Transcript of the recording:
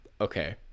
okay